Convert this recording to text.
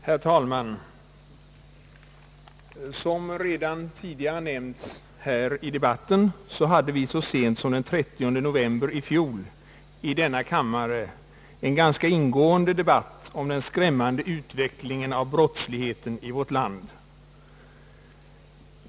Herr talman! Såsom redan tidigare nämnts hade vi så sent som den 30 november i fjol i denna kammare en ganska ingåendge debatt om den skrämmande utvecklingen av brottsligheten i vårt land.